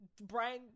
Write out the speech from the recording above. Brian